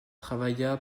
travailla